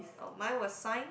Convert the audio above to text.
oh mine was science